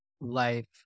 life